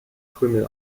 krümel